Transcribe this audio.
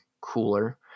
cooler